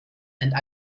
and